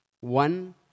one